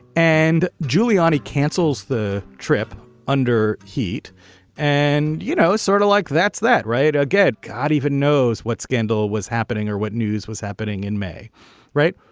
and giuliani cancels the trip under heat and you know sort of like that's that right good god even knows what scandal was happening or what news was happening in may right.